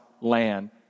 land